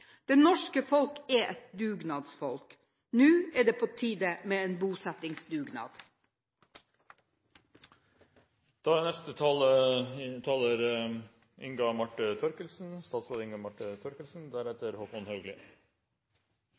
Det norske folk er et dugnadsfolk. Nå er det på tide med en bosettingsdugnad. Mangfold er